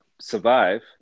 survive